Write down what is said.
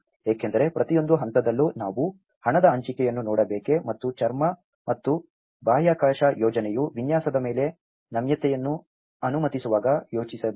ಏಕೆಂದರೆ ಪ್ರತಿಯೊಂದು ಹಂತದಲ್ಲೂ ನಾವು ಹಣದ ಹಂಚಿಕೆಯನ್ನು ನೋಡಬೇಕು ಮತ್ತು ಚರ್ಮ ಮತ್ತು ಬಾಹ್ಯಾಕಾಶ ಯೋಜನೆಯ ವಿನ್ಯಾಸದ ಮೇಲೆ ನಮ್ಯತೆಯನ್ನು ಅನುಮತಿಸುವಾಗ ಯೋಚಿಸಬೇಕು